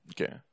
Okay